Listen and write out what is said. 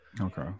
Okay